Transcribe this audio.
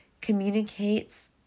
communicates